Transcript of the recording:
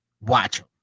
watch